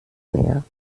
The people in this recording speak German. mehr